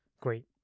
great